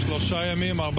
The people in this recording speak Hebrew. ערב